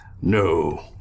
No